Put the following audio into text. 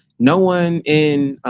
no one in